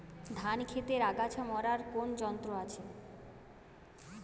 ধান ক্ষেতের আগাছা মারার কোন যন্ত্র আছে?